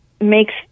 makes